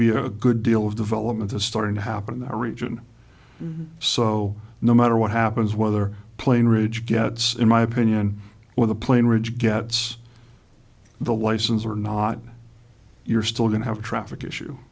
be a good deal of development is starting to happen in that region so no matter what happens whether plane rage gets in my opinion when the plane ridge gets the license or not you're still going to have traffic